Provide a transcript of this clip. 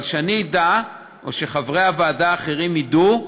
אבל שאני אדע, או שחברי הוועדה האחרים ידעו,